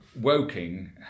Woking